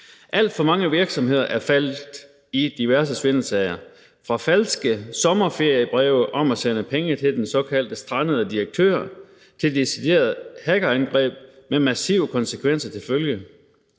Alt for mange virksomheder er faldet i diverse svindelsager fra forfalskede sommerferiebreve om at sende penge til den såkaldte strandede direktør, til deciderede hackerangreb med massive konsekvenser til følge.